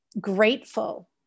grateful